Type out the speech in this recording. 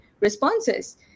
responses